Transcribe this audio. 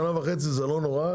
שנה וחצי זה לא נורא,